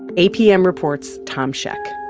apm reports' tom scheck